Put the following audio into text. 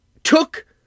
took